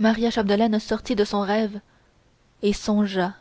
maria chapdelaine sortit de son rêve et songea